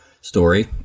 story